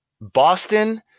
Boston